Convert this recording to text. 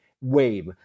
wave